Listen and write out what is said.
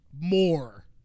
more